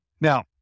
now